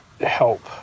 help